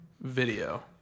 video